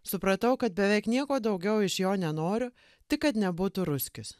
supratau kad beveik nieko daugiau iš jo nenoriu tik kad nebūtų ruskis